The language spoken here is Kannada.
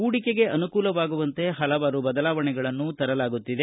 ಹೂಡಿಕೆಗೆ ಅನುಕೂಲವಾಗುವಂತೆ ಹಲವಾರು ಬದಲಾವಣೆಗಳನ್ನು ತರಲಾಗುತ್ತಿದೆ